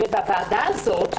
הוועדה הזאת,